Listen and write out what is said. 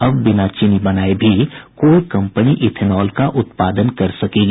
अब बिना चीनी बनाये भी कोई कम्पनी इथेनॉल का उत्पादन कर सकेगी